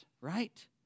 right